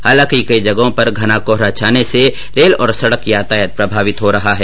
हालांकि कई जगहों पर घना कोहरा छाने से रेल और सड़क यातायात प्रभावित हो रहा है